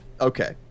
okay